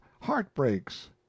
heartbreaks